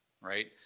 right